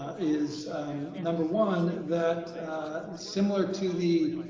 is number one, that similar to the